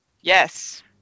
Yes